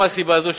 גם מהסיבה הזאת,